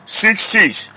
sixties